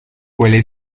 huele